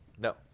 No